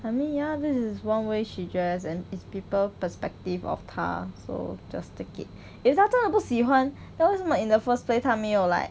I mean ya this is one way she dress and it's people's perspective of 她 so just take it if 她真的不喜欢 then 为什么 in the first place 她没有 like